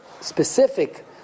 specific